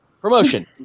Promotion